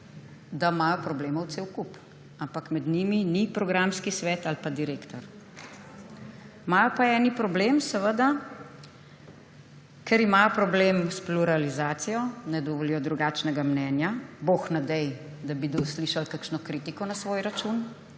da imajo problemov cel kup. Ampak med njimi nista programski svet ali pa direktor. Imajo pa eni problem, ker imajo problem s pluralizacijo, ne dovolijo drugačnega mnenja, bog ne daj, da bi slišali kakšno kritiko na svoj račun.